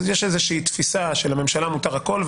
יש איזה תפיסה שלממשלה מותר הכול,